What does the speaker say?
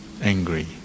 angry